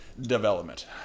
development